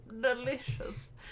delicious